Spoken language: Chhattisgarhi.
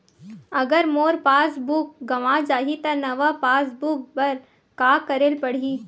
अगर मोर पास बुक गवां जाहि त नवा पास बुक बर का करे ल पड़हि?